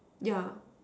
yeah